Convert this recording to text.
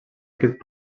aquest